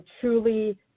truly